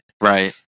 Right